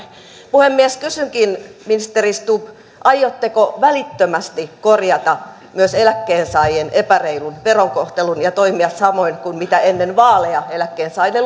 puhemies kysynkin ministeri stubb aiotteko välittömästi korjata myös eläkkeensaajien epäreilun verokohtelun ja toimia samoin kuin ennen vaaleja eläkkeensaajille